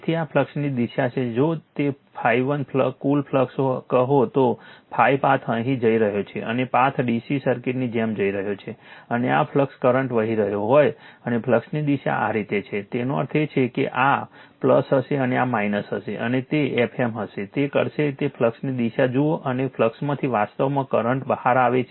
તેથી આ ફ્લક્સની દિશા છે જો તે ∅1 કુલ ફ્લક્સ કહો તો ∅ પાથ અહીં જઈ રહ્યો છે અને પાથ DC સર્કિટની જેમ જઈ રહ્યો છે અને આ ફ્લક્સ કરંટ વહી રહ્યો હોય અને ફ્લક્સની દિશા આ રીતે છે તેનો અર્થ એ છે કે આ હશે અને આ હશે અને તે F m હશે તે કરશે તે ફ્લક્સની દિશા જુઓ અને ફ્લક્સમાંથી વાસ્તવમાં કરંટ બહાર આવે છે